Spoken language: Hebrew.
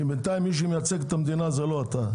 בינתיים מי שמייצג את המדינה זה לא אתה.